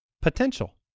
Potential